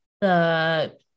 the-